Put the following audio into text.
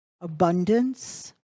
abundance